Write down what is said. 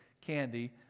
candy